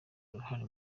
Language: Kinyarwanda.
uruhare